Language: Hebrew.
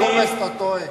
ג'ומס, אתה טועה.